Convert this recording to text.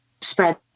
spread